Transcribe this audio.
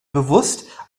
bewusst